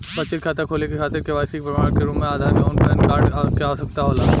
बचत खाता खोले के खातिर केवाइसी के प्रमाण के रूप में आधार आउर पैन कार्ड के आवश्यकता होला